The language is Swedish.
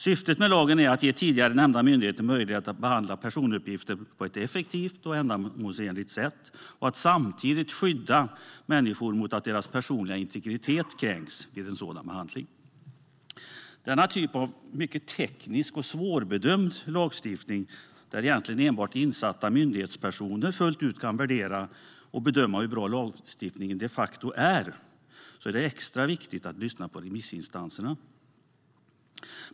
Syftet med lagen är att ge tidigare nämna myndigheter möjligheter att behandla personuppgifter på ett effektivt och ändamålsenligt sätt och att samtidigt skydda människor mot att deras personliga integritet kränks vid en sådan behandling. Detta är en typ av mycket teknisk och svårbedömd lagstiftning där egentligen enbart insatta myndighetspersoner fullt ut kan värdera och bedöma hur bra lagstiftningen de facto är. Det är då extra viktigt att lyssna på remissinstanserna.